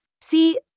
See